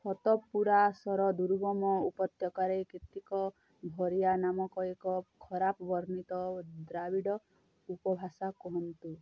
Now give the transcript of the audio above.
ସତପୁରାସର ଦୁର୍ଗମ ଉପତ୍ୟକାରେ କେତେକ ଭରିଆ ନାମକ ଏକ ଖରାପ ବର୍ଣ୍ଣିତ ଦ୍ରାବିଡ଼ ଉପଭାଷା କୁହନ୍ତୁ